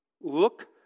look